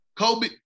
Kobe –